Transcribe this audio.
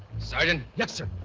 sergeant! yeah sir!